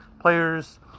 players